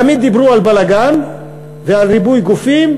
תמיד דיברו על בלגן ועל ריבוי גופים,